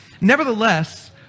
Nevertheless